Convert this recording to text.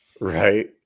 Right